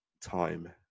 time